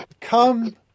come